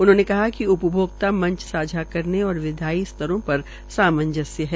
उन्होंने कहा कि उपभोक्ता मंच सांझा करने और विधायी स्तरों पर सामजस्य है